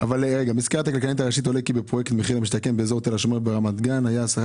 בפרויקט מחיר למשתכן באזור תל השומר ברמת גן היה השכר